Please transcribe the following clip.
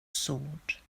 sword